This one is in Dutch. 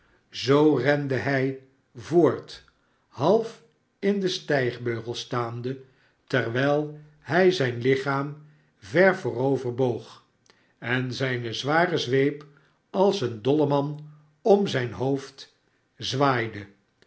zoo rende hij voort half in de stijgbeugels staande terwijl hij zijn lichaam ver vooroverboog en zijne zware zweep als een dolleman om zijn hoofd zwaaide